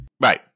Right